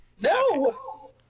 No